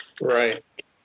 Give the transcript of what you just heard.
Right